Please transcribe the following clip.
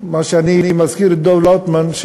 אני מזכיר את דב לאוטמן,